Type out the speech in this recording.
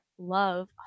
love